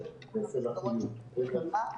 לפני כשלושה שבועות,